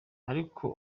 ariko